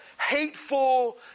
hateful